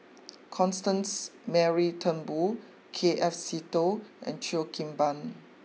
Constance Mary Turnbull K F Seetoh and Cheo Kim Ban